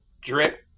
drip